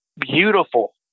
beautiful